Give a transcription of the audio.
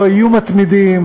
לא יהיו מתמידים,